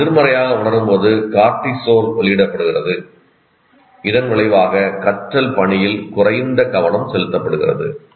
நாம் எதிர்மறையாக உணரும்போது கார்டிசோல் வெளியிடப்படுகிறது இதன் விளைவாக கற்றல் பணியில் குறைந்த கவனம் செலுத்தப்படுகிறது